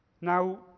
Now